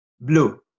Blue